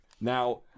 Now